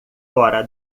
fora